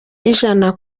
ijana